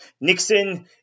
Nixon